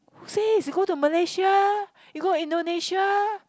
who says you go to Malaysia you go Indonesia